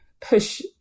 push